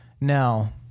Now